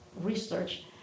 research